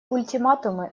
ультиматумы